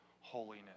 holiness